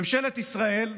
ממשלת ישראל,